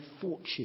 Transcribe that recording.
fortune